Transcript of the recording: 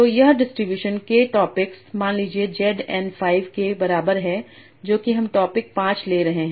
तो यह distribution k topics मान लीजिए Z n 5 के बराबर है जो कि हम टॉपिक् 5 ले रहे हैं